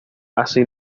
así